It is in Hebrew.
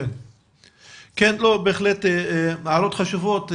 בהחלט הערות חשובות,